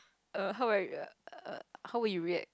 err how would you~ how would you react